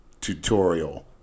tutorial